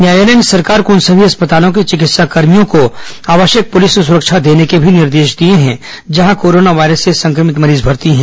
न्यायालय ने सरकार को उन सभी अस्पतालों के चिकित्साकर्मियों को आवश्यक पुलिस सुरक्षा देने का भी निर्देश दिया है जहां कोरोना वायरस से संक्रमित मरीज भर्ती हैं